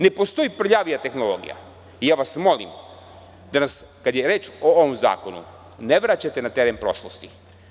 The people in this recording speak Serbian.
Ne postoji prljavija tehnologija i molim vas da nas, kada je reč o ovom zakonu, ne vraćate na teren prošlosti.